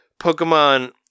Pokemon